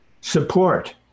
support